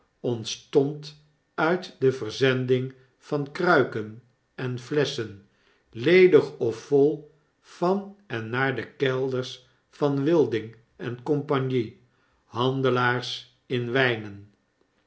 ontstond uit de verzending van kruiken en flesschen ledig of vol van en naar de kelders van wilding en compagnie handelaars in